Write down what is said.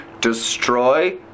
destroy